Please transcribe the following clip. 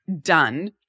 done